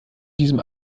diesem